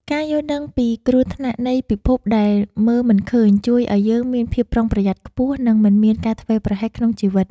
ការយល់ដឹងពីគ្រោះថ្នាក់នៃពិភពដែលមើលមិនឃើញជួយឱ្យយើងមានភាពប្រុងប្រយ័ត្នខ្ពស់ និងមិនមានការធ្វេសប្រហែសក្នុងជីវិត។